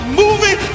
moving